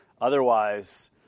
Otherwise